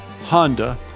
Honda